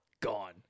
Gone